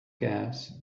gas